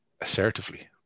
assertively